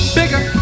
bigger